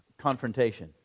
confrontation